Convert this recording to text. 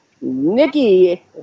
Nikki